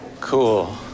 Cool